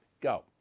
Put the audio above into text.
Go